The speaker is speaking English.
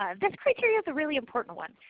um this criteria is a really important one.